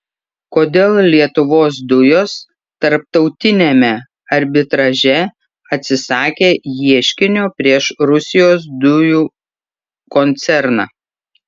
kodėl lietuvos dujos tarptautiniame arbitraže atsisakė ieškinio prieš rusijos dujų koncerną